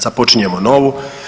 Započinjemo novu.